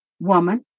woman